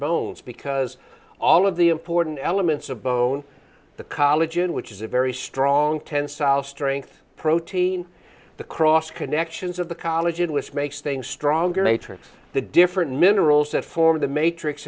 bones because all of the important elements of bone the college in which is a very strong tensile strength protein the cross connections of the college in which makes things stronger later the different minerals that form the matrix